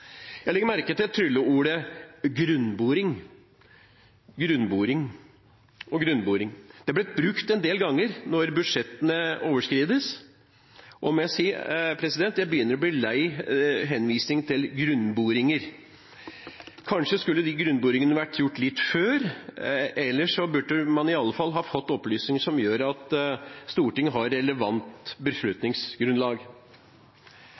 Jeg legger merke til trylleordet «grunnboring». Det har blitt brukt en del ganger når man overskrider budsjettene, og jeg begynner å bli lei henvisningen til grunnboringer. Kanskje skulle de grunnboringene vært gjort litt før, eller så burde man i alle fall ha fått opplysninger som gjorde at Stortinget hadde hatt relevant